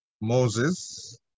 Moses